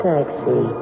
taxi